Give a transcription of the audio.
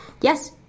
Yes